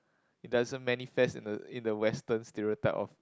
it doesn't manifest in the in the western stereotype of